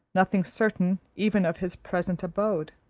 nothing certain even of his present abode.